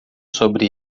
sobre